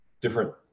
different